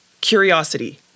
Curiosity